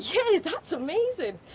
yeah, yeah! that's amazing.